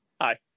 Hi